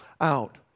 out